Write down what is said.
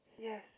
Yes